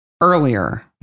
earlier